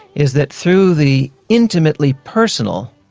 is that through the intimately personal,